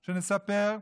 שנספר,